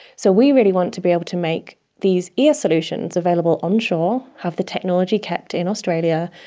so we really want to be able to make these ear solutions available onshore, have the technology kept in australia,